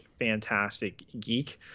fantasticgeek